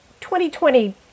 2020